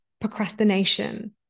procrastination